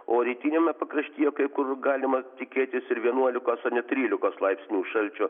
o rytiniame pakraštyje kai kur galima tikėtis ir vienuolikos trylikos laipsnių šalčio